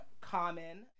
Common